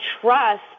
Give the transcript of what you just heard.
trust